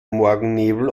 morgennebel